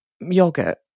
yogurt